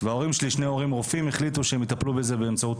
ודברים שהם בריאותיים צריך לבדוק מה משרד